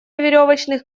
веревочных